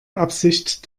absicht